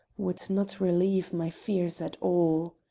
would not relieve my fears at all.